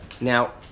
Now